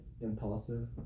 impulsive